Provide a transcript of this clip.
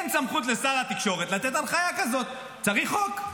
אין סמכות לשר התקשורת לתת הנחיה כזאת, צריך חוק.